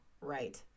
Right